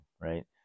right